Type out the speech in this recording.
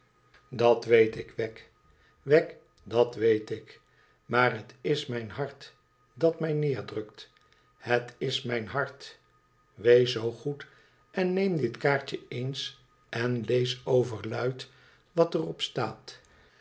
dat weet ik wegg wegg dat weet ik maar het is mijn hart dat mij neerdrukt het is mijn hart i wees zoo goed en neem dit kaartje eens en lees orerluid wat er op staat